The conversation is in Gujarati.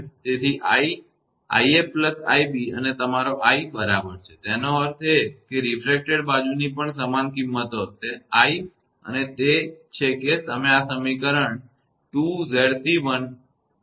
તેથી i 𝑖𝑓 𝑖𝑏 અને તમારો i બરાબર છે તેનો અર્થ એ કે તે રીફ્રેકટેડ બાજુની પણ સમાન કિંમત હશે i અને તે છે કે તમે આ સમીકરણ 2𝑍𝑐1 𝑍𝑐1𝑍𝑐2𝑖𝑓 સમી